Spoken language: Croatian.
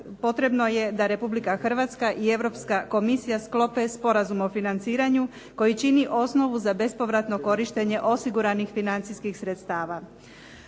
potrebno je da Republika Hrvatska i Europska komisija sklope sporazum o financiranju, koji čini osnovu za bespovratno korištenje osiguranih financijskih sredstava.